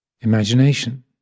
imagination